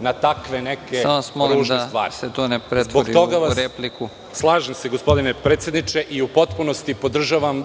na takve neke ružne stvari.(Predsednik: Samo vas molim da se to ne pretvori u repliku.)Slažem se gospodine predsedniče, i u potpunosti podržavam